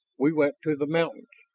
we went to the mountains,